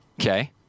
Okay